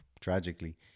tragically